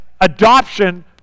adoption